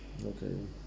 okay